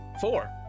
Four